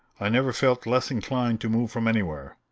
i never felt less inclined to move from anywhere.